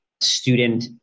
student